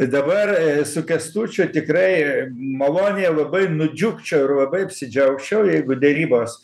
dabar su kęstučiu tikrai maloniai labai nudžiugčiau ir labai apsidžiaugčiau jeigu derybos